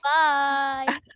bye